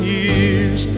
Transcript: years